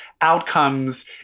outcomes